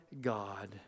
God